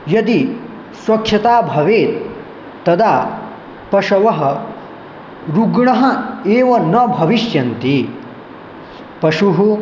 यदि स्वच्छता भवेत् तदा पशवः रुग्णः एव न भविष्यन्ति पशुः